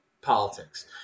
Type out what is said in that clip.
politics